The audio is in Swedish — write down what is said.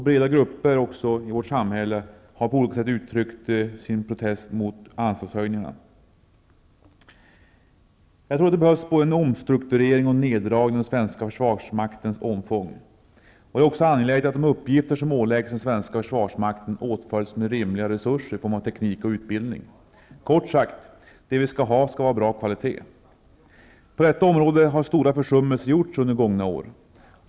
Breda grupper i vårt samhälle har också på olika sätt uttryckt sin protest mot anslagshöjningarna. Jag tror att det behövs både en omstrukturering och en neddragning av den svenska försvarsmaktens omfång. Det är också angeläget att de uppgifter som åläggs den svenska försvarsmakten åtföljs av rimliga resurser i form av teknik och utbildning. Kort sagt: Det vi skall ha skall vara av bra kvalitet. På detta område har stora försummelser gjorts under gångna år.